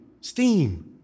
Steam